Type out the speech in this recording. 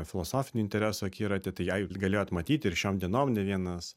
filosofinių interesų akiraty tai jei galėjot matyti ir šiom dienom ne vienas